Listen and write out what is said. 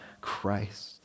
Christ